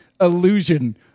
illusion